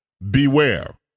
Beware